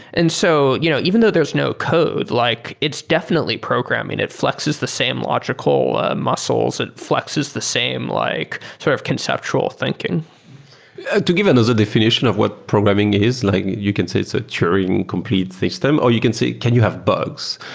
and so you know even though there's no code, like it's definitely programming. it flexes the same logical ah muscles. it flexes the same like sort of conceptual thinking to give another definition of what programming is, like you can say it's a turing complete system or you can say can you have bugs?